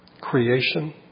creation